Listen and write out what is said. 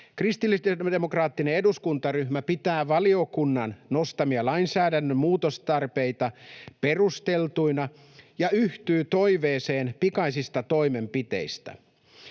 Kristillisdemokraattinen eduskuntaryhmä pitää valiokunnan nostamia lainsäädännön muutostarpeita perusteltuina ja yhtyy toiveeseen pikaisista toimenpiteistä.